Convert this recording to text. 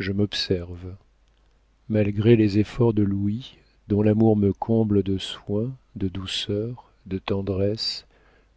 je m'observe malgré les efforts de louis dont l'amour me comble de soins de douceurs de tendresses